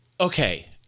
okay